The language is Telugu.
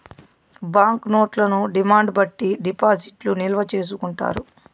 బాంక్ నోట్లను డిమాండ్ బట్టి డిపాజిట్లు నిల్వ చేసుకుంటారు